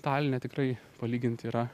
taline tikrai palygint yra